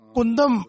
Kundam